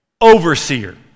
overseer